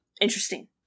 interesting